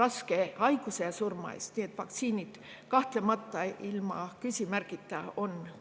raske haiguse ja surma eest. Nii et vaktsiinid kahtlemata, ilma küsimärgita,